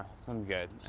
so, i'm good.